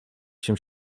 się